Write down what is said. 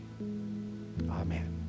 Amen